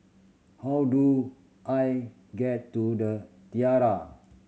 how do I get to The Tiara